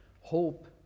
hope